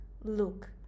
look